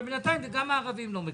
אבל בינתיים גם הערבים לא מקבלים.